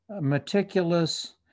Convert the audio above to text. meticulous